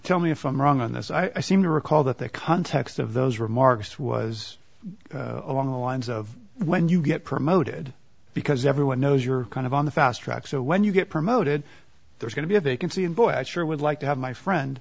tell me if i'm wrong on this i seem to recall that the context of those remarks was along the lines of when you get promoted because everyone knows you're kind of on the fast track so when you get promoted there's going to be a vacancy and boy i sure would like to have my friend